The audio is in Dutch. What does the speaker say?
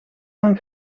van